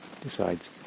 decides